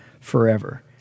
forever